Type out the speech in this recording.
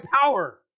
power